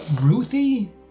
Ruthie